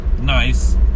nice